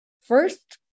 first